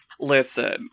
Listen